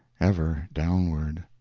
ever downward!